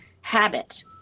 habit